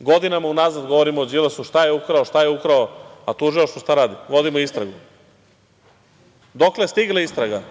godinama unazad, govorimo o Đilasu šta je ukrao? A tužilaštvo, šta radi - vodimo istragu. Dokle je stigla istraga?